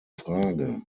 frage